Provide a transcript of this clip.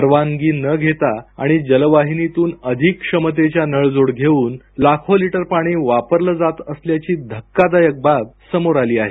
परवानगी न घेता आणि जलवाहिनीतून अधिक क्षमतेच्या नळजोड घेऊन लाखो लिटर पाणी वापरले जात असल्याची धक्कादायक बाब समोर आली आहे